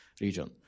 region